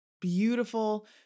Beautiful